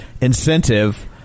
incentive